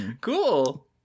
Cool